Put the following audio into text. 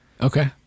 Okay